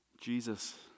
Jesus